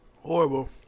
Horrible